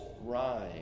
rhyme